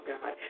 God